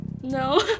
No